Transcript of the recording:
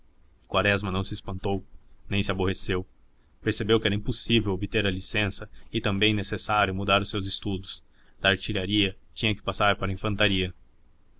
quaresma não se espantou nem se aborreceu percebeu que era impossível obter a licença e também necessário mudar os seus estudos da artilharia tinha que passar para a infantaria